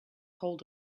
hold